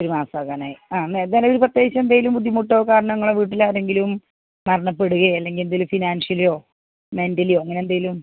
ഒര് മാസമാകാനായി ആ നിലവിൽ പ്രത്യേകിച്ച് എന്തേലും ബുദ്ധിമുട്ടോ കാരണങ്ങളോ വീട്ടിൽ ആരെങ്കിലും മരണപ്പെടുകയോ അല്ലെങ്കിൽ എന്തേലും ഫിനാൻഷ്യലിയോ മെൻ്റലിയോ അങ്ങനെ എന്തേലും